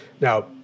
Now